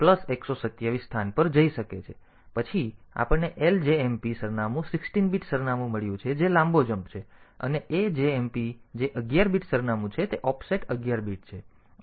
પછી આપણને LJMP સરનામું 16 બીટ સરનામું મળ્યું છે જે લાંબો જમ્પ છે અને AJMP છે જે 11 બીટ સરનામું છે તેથી ઓફસેટ 11 બીટ છે